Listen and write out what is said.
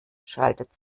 schaltet